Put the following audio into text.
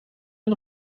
den